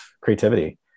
creativity